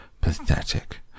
Pathetic